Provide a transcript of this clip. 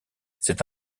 c’est